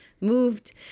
moved